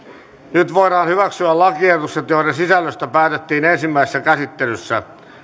nyt voidaan hyväksyä tai hylätä lakiehdotukset joiden sisällöstä päätettiin ensimmäisessä käsittelyssä